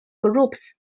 groups